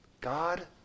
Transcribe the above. God